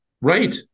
Right